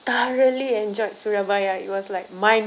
thoroughly enjoyed surabaya it was like mind